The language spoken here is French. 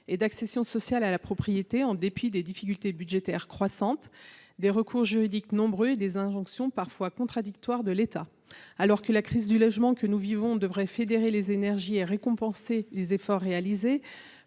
et d’accession sociale à la propriété, en dépit des difficultés budgétaires croissantes, des recours juridiques nombreux et des injonctions parfois contradictoires de l’État. Alors que la crise du logement que nous vivons devrait fédérer les énergies et récompenser les efforts réalisés,